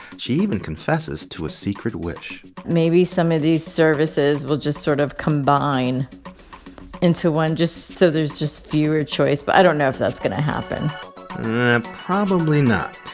she even confesses to a secret wish maybe some of these services will just sort of combine into one, just so there's just fewer choice. but i don't know if that's going to happen ah probably not.